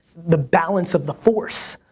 the balance of the force,